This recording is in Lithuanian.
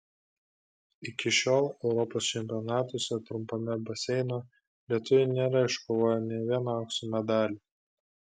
iki šiol europos čempionatuose trumpame baseine lietuviai nėra iškovoję nė vieno aukso medalio